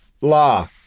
La